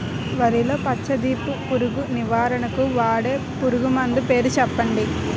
వరిలో పచ్చ దీపపు పురుగు నివారణకు వాడే పురుగుమందు పేరు చెప్పండి?